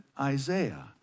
Isaiah